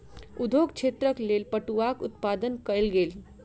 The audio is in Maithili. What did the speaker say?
उद्योग क्षेत्रक लेल पटुआक उत्पादन कयल गेल